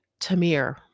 Tamir